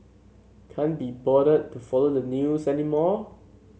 can't be bothered to follow the news anymore